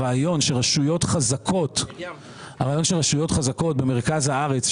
הרעיון שרשויות חזקות במרכז הארץ,